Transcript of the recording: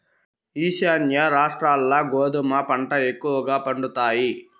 ఈశాన్య రాష్ట్రాల్ల గోధుమ పంట ఎక్కువగా పండుతాయి